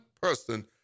person